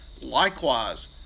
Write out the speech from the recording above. Likewise